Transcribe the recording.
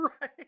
Right